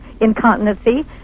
incontinency